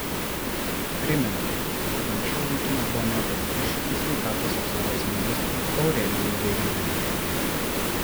primename kad anksčiau vaikinas buvo metęs iššūkį sveikatos apsaugos ministrui aurelijui verygai